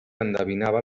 endevinava